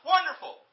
Wonderful